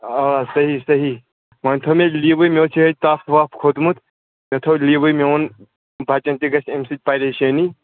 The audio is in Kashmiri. آ صحیح صحیح وۄنۍ تھٲو مےٚ لیٖوٕے مےٚ اوس یِہوٚے تَپھ وَپھ کھوٚتمُت مےٚ تھٲو لیٖوٕے مےٚ ووٚن بَچَن تہِ گژھِ اَمہِ سۭتۍ پریشٲنی